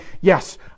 yes